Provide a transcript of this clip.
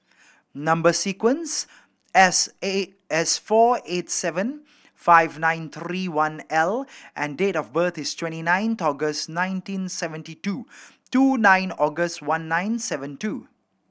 number sequence S eight S four eight seven five nine three one L and date of birth is twenty nine August nineteen seventy two two nine August one nine seven two